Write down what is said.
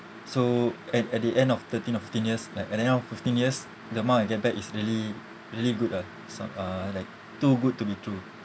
so at at the end of thirteen or fifteen years like at the end of fifteen years the amount I get back is really really good ah so~ uh like too good to be true